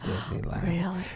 disneyland